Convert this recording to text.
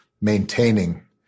maintaining